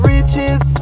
Riches